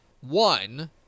One